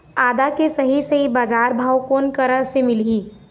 आदा के सही सही बजार भाव कोन करा से मिलही?